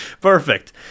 Perfect